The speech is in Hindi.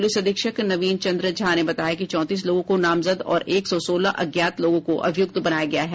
पुलिस अधीक्षक नवीन चंद्र झा ने बताया कि चौंतीस लोगों को नामजद और एक सौ सोलह अज्ञात लोगों को अभियुक्त बनाया गया है